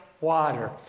water